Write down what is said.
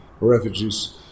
refugees